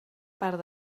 part